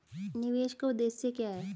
निवेश का उद्देश्य क्या है?